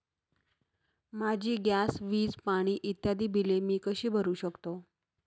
माझी गॅस, वीज, पाणी इत्यादि बिले मी कशी भरु शकतो?